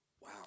Wow